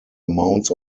amounts